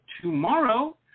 tomorrow